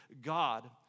God